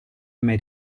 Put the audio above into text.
made